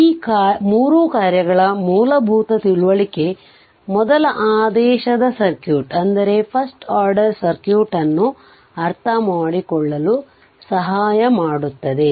ಈ 3 ಕಾರ್ಯಗಳ ಮೂಲಭೂತ ತಿಳುವಳಿಕೆ ಮೊದಲ ಆದೇಶದ ಸರ್ಕ್ಯೂಟ್ ಅನ್ನು ಅರ್ಥಮಾಡಿಕೊಳ್ಳಲು ಸಹಾಯ ಮಾಡುತ್ತದೆ